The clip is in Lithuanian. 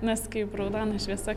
nes kaip raudona šviesa